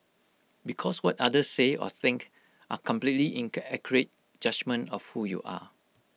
because what others say or think are completely Inca accurate judgement of who you are